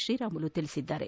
ಶ್ರೀರಾಮುಲು ತಿಳಿಸಿದ್ದಾರೆ